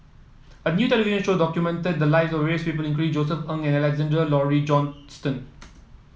a new television show documented the lives of various people including Josef Ng and Alexander Laurie Johnston